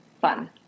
fun